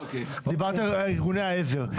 דיברתי על ארגוני העזר.